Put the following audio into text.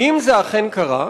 זו שאילתא,